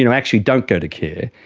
you know actually don't go to care,